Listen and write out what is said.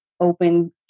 open